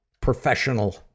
professional